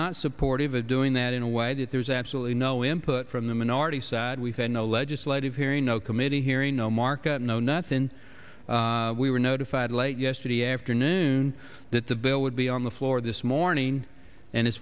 not supportive of doing that in a way that there's absolutely no input from the minority side we've had no legislative hearing no committee hearing no market no nothing we were notified late yesterday afternoon that the bill would be on the floor this morning and as